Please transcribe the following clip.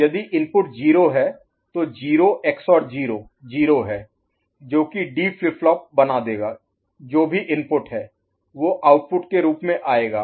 तो यदि इनपुट 0 है तो 0 XOR 0 0 है जो कि D फ्लिप फ्लॉप बना देगा जो भी इनपुट है वो आउटपुट के रूप में आएगा